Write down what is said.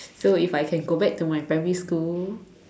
so if I can go back to my primary school